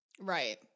Right